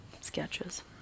sketches